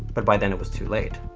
but, by then it was too late.